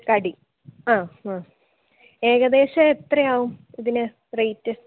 കടി ആ ഹാ ഏകദേശം എത്രയാകും ഇതിന് റേറ്റ്